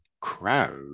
crowd